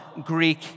Greek